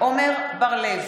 עמר בר לב,